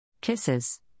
Kisses